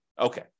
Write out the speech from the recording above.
Okay